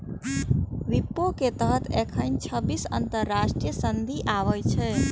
विपो के तहत एखन छब्बीस अंतरराष्ट्रीय संधि आबै छै